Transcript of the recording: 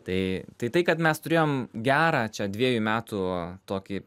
tai tai tai kad mes turėjom gerą čia dviejų metų tokį